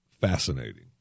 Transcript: fascinating